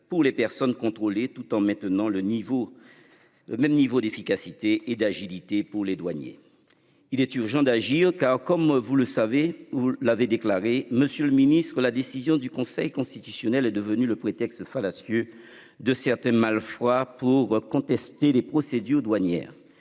pour les personnes contrôlées tout en maintenant le niveau. Même niveau d'efficacité et d'agilité pour les douaniers. Il est urgent d'agir car comme vous le savez, vous l'avez déclaré Monsieur le Ministre, la décision du Conseil constitutionnel est devenu le prétexte fallacieux de certains mal pour contester les procédures douanières.